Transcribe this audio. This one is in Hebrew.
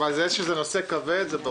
ברור שזה נושא כבד.